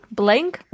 blank